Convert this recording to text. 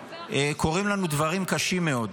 קורים לנו דברים קשים מאוד.